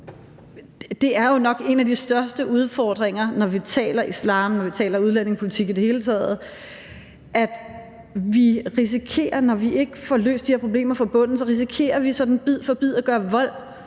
Det er jo nok en af de største udfordringer, når vi taler islam, og når vi taler udlændingepolitik i det hele taget, at vi risikerer, når vi ikke får løst de her problemer fra bunden, sådan bid for bid at gøre vold